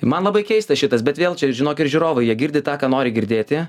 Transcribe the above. man labai keista šitas bet vėl čia žinok ir žiūrovai jie girdi tą ką nori girdėti